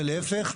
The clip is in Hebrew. ולהפך.